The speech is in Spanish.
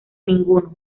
ninguno